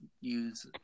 use